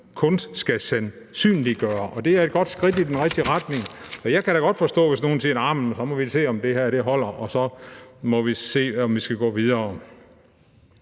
kun skal sandsynliggøre, og det er et godt skridt i den rigtige retning. Jeg kan da godt forstå, hvis nogle siger: Arh så må vi se, om det her holder, og så må vi se, om vi skal gå videre.